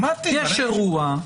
יש אירוע.